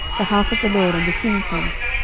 the house of the lord, and the king's house,